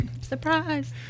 Surprise